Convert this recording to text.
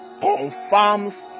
confirms